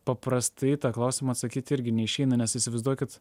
paprastai į tą klausimą atsakyti irgi neišeina nes įsivaizduokit